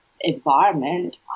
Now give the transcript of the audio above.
environment